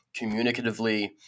communicatively